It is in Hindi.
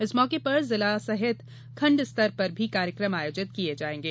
इस मौके पर जिला सहित खंड स्तर पर भी कार्यक्रम आयोजित किये जायेंगे